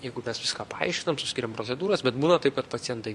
jeigu mes viską paaiškinam suskiriam procedūras bet būna taip kad pacientai